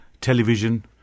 television